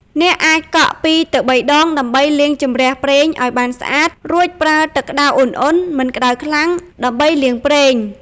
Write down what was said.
អ្នកអាចកក់ ២ ទៅ ៣ ដងដើម្បីលាងជម្រះប្រេងឲ្យបានស្អាត រួចប្រើទឹកក្តៅឧណ្ហៗ (មិនក្តៅខ្លាំង) ដើម្បីលាងប្រេង។